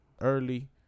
Early